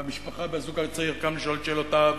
והמשפחה והזוג הצעיר קמו לשאול את שאלותיהם,